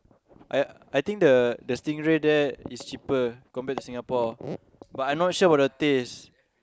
I I think the the stingray there is cheaper compared to Singapore but I not sure about the taste